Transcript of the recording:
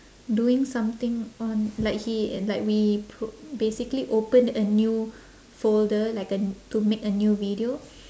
doing something on like he and like we pro~ basically opened a new folder like a to make a new video